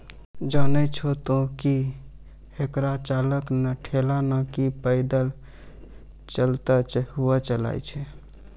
जानै छो तोहं कि हेकरा चालक नॅ ठेला नाकी पैदल चलतॅ हुअ चलाय छै